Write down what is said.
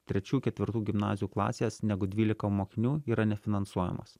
trečių ketvirtų gimnazijų klasės negu dvylika mokinių yra nefinansuojamos